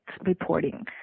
reporting